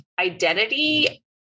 identity